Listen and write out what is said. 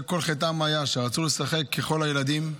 כל חטאם היה שהם רצו לשחק ככל הילדים.